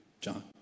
John